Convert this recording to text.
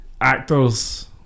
actors